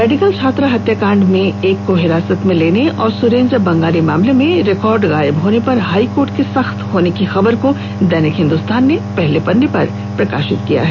medical छात्रा हत्याकांड में एक को हिरासत में लेने और सुरेंद्र बंगाली मामले में रिकार्ड गायब होने पर हाई कोर्ट के सख्त होने की खबर को दैनिक हिंदुस्तान ने पहले पेज पर प्रकाशित किया है